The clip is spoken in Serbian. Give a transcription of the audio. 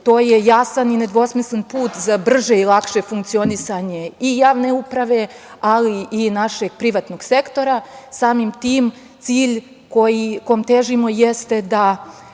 To je jasan i nedvosmislen put za brže i lakše funkcionisanje i javne uprave, ali i našeg privatnog sektora. Samim tim, cilj kojem težimo jeste da